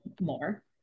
more